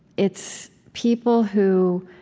it's people who